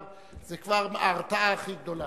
זו כבר ההרתעה הכי גדולה.